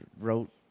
wrote